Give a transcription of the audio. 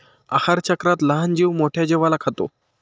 आहारचक्रात लहान जीव मोठ्या जीवाला खातो